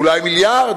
אולי מיליארד.